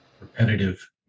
Repetitive